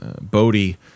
Bodie